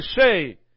say